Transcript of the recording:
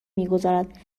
میگذارد